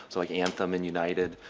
so like anthem and united,